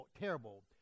Terrible